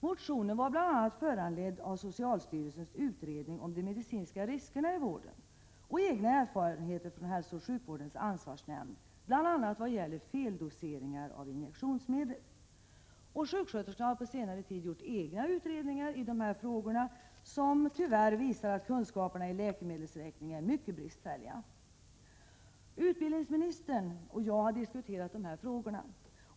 Motionen var bl.a. föranledd av socialstyrelsens utredning om de medicinska riskerna i vården och mina egna erfarenheter från hälsooch sjukvårdens ansvarsnämnd, bl.a. vad gäller feldoseringar av injektionsmedel. Sjuksköterskorna har på senare tid gjort egna utredningar i dessa frågor som tyvärr visar att kunskaperna i läkemedelsräkning är mycket bristfälliga. Utbildningsministern och jag har diskuterat dessa frågor.